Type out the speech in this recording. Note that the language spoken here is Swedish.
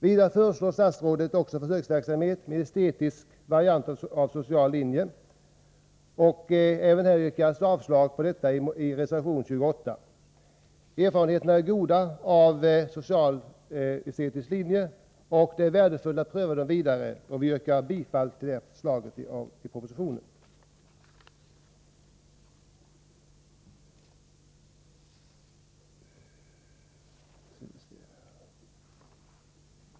Vidare föreslår statsrådet försöksverksamhet med estetisk variant av social linje. I reservation 28 yrkas avslag på detta förslag. Erfarenheterna är emellertid goda av den esteiska varianten av social linje och det vore värdefullt att få utvidga försöksverksamheten. Jag yrkar bifall till förslaget i propositionen.